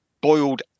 boiled